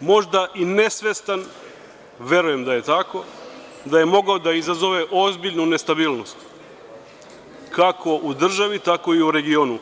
možda i nesvestan, verujem da je tako, da je mogao da izazove ozbiljnu nestabilnost, kako u državi, tako i u regionu.